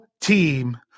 team